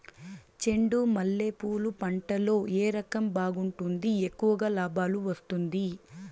చెండు మల్లె పూలు పంట లో ఏ రకం బాగుంటుంది, ఎక్కువగా లాభాలు వస్తుంది?